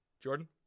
Jordan